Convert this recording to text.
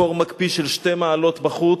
קור מקפיא של 2 מעלות בחוץ,